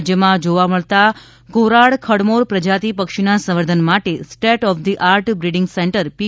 રાજ્યમાં જોવા મળતી ધોરાડ ખડમૌર પ્રજાતિ પક્ષીના સંવર્ધન માટે state of the art breeding centre P